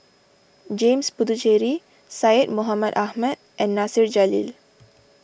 James Puthucheary Syed Mohamed Ahmed and Nasir Jalil